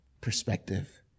Perspective